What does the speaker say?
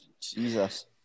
Jesus